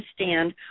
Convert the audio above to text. understand